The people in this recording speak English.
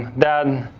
then,